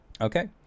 Okay